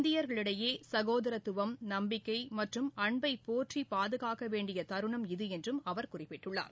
இந்தியர்களிடையேசகோதரத்துவம் நம்பிக்கைமற்றும் அன்பைபோற்றிபாதுகாக்கவேண்டியதருணம் இது என்றும் அவர் குறிப்பிட்டுள்ளார்